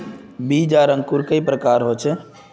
बीज आर अंकूर कई प्रकार होचे?